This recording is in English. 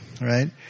right